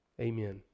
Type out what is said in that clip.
Amen